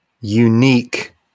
unique